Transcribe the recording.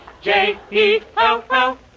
J-E-L-L